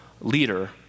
leader